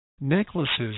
necklaces